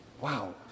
Wow